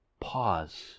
Pause